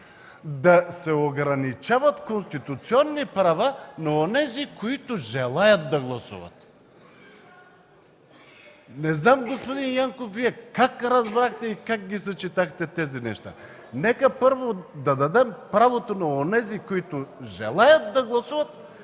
да се ограничават конституционни права на онези, които желаят да гласуват. Господин Янков, не знам Вие как разбрахте и как съчетахте тези неща? Нека първо да дадем правото на онези, които желаят да гласуват